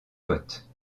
vote